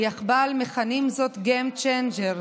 ביחב"ל מכנים זאת game changer,